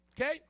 okay